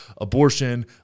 abortion